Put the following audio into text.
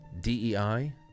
D-E-I